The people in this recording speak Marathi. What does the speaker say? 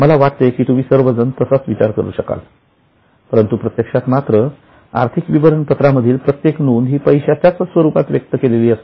मला असे वाटते की तुम्ही सर्वजण तसाच विचार करू शकाल परंतु प्रत्यक्षात मात्र आर्थिक विवरण पत्रांमधील प्रत्येक नोंद ही पैशाच्या स्वरूपात व्यक्त केलेली असते